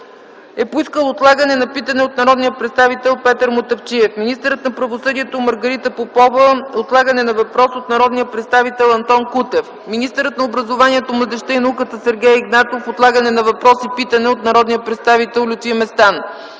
е поискал отлагане на питане от народния представител Петър Мутафчиев. Министърът на правосъдието Маргарита Попова е поискала отлагане на въпрос от народния представител Антон Кутев. Министърът на образованието, младежта и науката Сергей Игнатов е поискал отлагане на въпрос и питане от народния представител Лютви Местан.